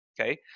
okay